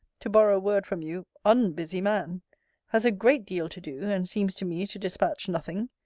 to borrow a word from you, unbusy man has a great deal to do, and seems to me to dispatch nothing.